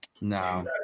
No